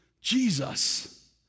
Jesus